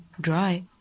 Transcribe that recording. dry